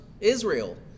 Israel